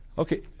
Okay